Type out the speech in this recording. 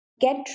get